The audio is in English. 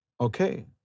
Okay